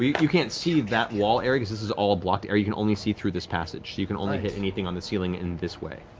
you can't see that wall area because it's all blocked there, you can only see through this passage. so you can only hit anything on the ceiling and this way.